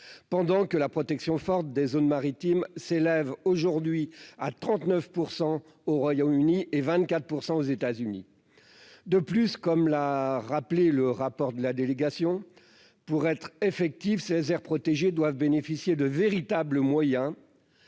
pendant que la protection forte des zones maritimes s'élève aujourd'hui à 39 % au Royaume-Uni et 24 % aux États-Unis, de plus, comme l'a rappelé le rapport de la délégation pour être effective, ces aires protégées doivent bénéficier de véritables moyens